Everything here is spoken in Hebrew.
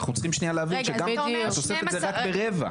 אנחנו צריכים להבין שהתוספת זה רק ברבע.